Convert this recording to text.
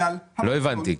לא הבנתי.